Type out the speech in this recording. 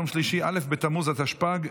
יום שלישי א' בתמוז התשפ"ג,